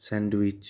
sandwich